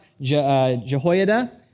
Jehoiada